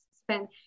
spend